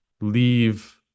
leave